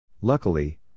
Luckily